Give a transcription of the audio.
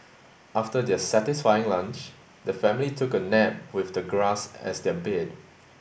after their satisfying lunch the family took a nap with the grass as their bed